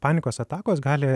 panikos atakos gali